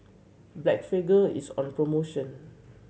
Blephagel is on promotion